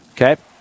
Okay